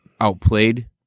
outplayed